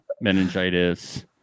Meningitis